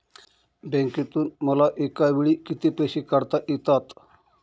बँकेतून मला एकावेळी किती पैसे काढता येतात?